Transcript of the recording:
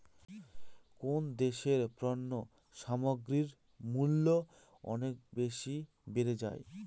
কোন দেশে পণ্য সামগ্রীর মূল্য অনেক বেশি বেড়ে যায়?